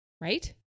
Right